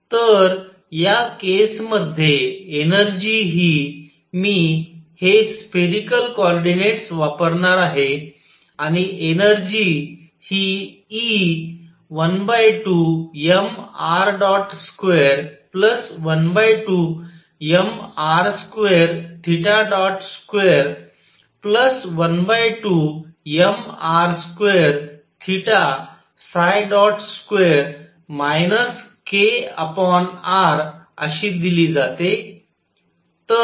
तर या केसमध्ये एनर्जी हि मी हे स्फेरिकल कॉर्डिनेट्स वापरणार आहे आणि एनर्जी हि E 12mr212mr2212mr22 kr अशी दिली जाते